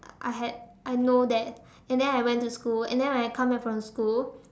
I had I know that and then I went to school and then when I come back from school